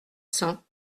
cents